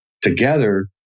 together